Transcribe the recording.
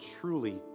truly